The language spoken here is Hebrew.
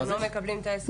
אתם לא מקבלים את ההסכמים?